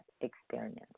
experience